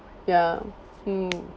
ya mm